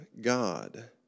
God